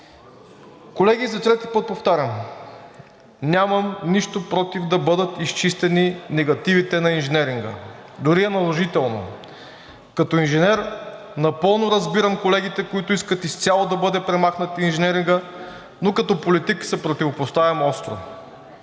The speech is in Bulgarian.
Колеги, за трети път повтарям: нямам нищо против да бъдат изчистени негативите на инженеринга, дори е наложително. Като инженер, напълно разбирам колегите, които искат изцяло да бъде премахнат и инженерингът, но като политик се противопоставям остро.